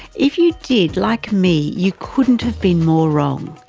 if you did, like me you couldn't have been more wrong.